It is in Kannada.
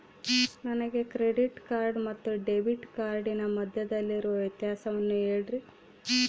ನನಗೆ ಕ್ರೆಡಿಟ್ ಕಾರ್ಡ್ ಮತ್ತು ಡೆಬಿಟ್ ಕಾರ್ಡಿನ ಮಧ್ಯದಲ್ಲಿರುವ ವ್ಯತ್ಯಾಸವನ್ನು ಹೇಳ್ರಿ?